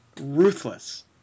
Ruthless